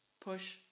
push